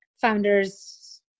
founders